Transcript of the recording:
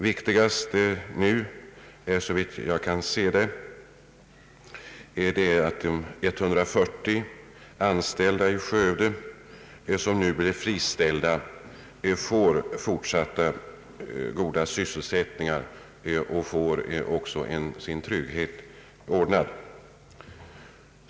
Viktigast nu är, såvitt jag kan se, att de 140 anställda i Skövde som måste lämna företaget får nya goda sysselsättningar och sin trygghetsfråga ordnad.